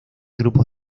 grupos